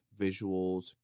visuals